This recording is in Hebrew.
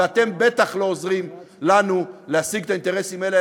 ואתם בטח לא עוזרים לנו להשיג את האינטרסים האלה,